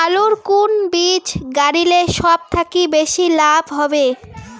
আলুর কুন বীজ গারিলে সব থাকি বেশি লাভ হবে?